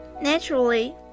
Naturally